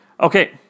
Okay